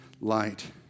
light